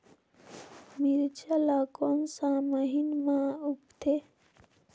मिरचा ला कोन सा महीन मां उगथे?